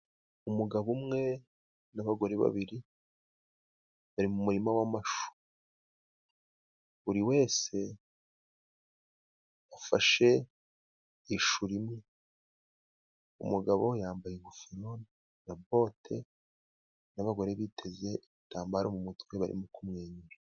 Umugabo umwe nabagore babiri bari mu muririma wamashu, buri wese afashe ishu imwe umugabo yambaye ingofero na bote, nabagore biteze igitambaro mumutwe barimo kumwenyura.